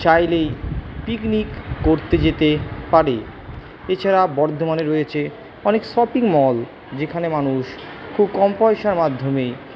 চাইলেই পিকনিক করতে যেতে পারে এছাড়া বর্ধমানে রয়েছে অনেক শপিং মল যেখানে মানুষ খুব কম পয়সার মাধ্যমেই